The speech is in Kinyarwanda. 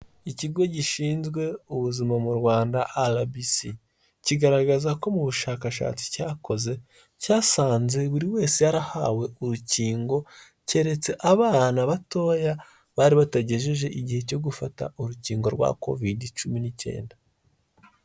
Ikigo gishinzwe ubuzima mu Rwanda arabisi kigaragaza ko mu bushakashatsi cyakoze cyasanze buri wese yarahawe urukingo keretse abana batoya bari batagejeje igihe cyo gufata urukingo rwa kovide cumi n'icyenda.